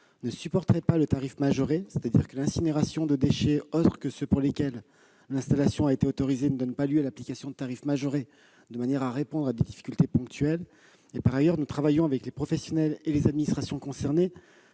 ne supporteraient pas le tarif majoré, c'est-à-dire que l'incinération de déchets autres que ceux pour lesquels l'installation a été autorisée ne donne pas lieu à l'application de tarifs majorés, de manière à répondre à des difficultés ponctuelles. Par ailleurs, nous travaillons avec les professionnels et les administrations concernés